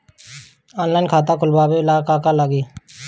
Online खाता खोलबाबे ला का का लागि?